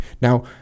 Now